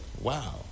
wow